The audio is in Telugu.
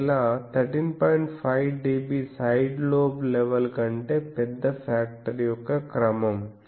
5dB సైడ్ లోబ్ లెవెల్ కంటే పెద్ద ఫాక్టర్ యొక్క క్రమం